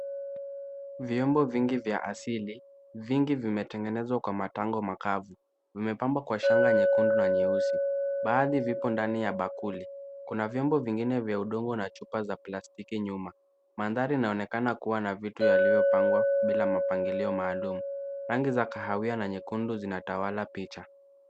Vyombo vingi vya asili, vingi vimetengenezwa kwa matango makavu. Vimepambwa kwa shanga nyekundu na nyeusi. Baadhi vipo ndani ya bakuli. Kuna vyombo vingine vya udongo na chupa za plastiki nyuma. Mandhari inaonekana kuwa na vitu yaliyopangwa bila mapangilio maalum. Rangi za kahawia na nyekundu zinatawala picha.